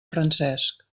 francesc